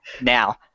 now